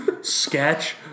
sketch